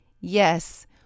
Yes